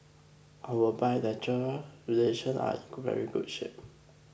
our bilateral relations are in very good shape